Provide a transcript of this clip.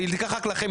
היא תיקח רק לכם.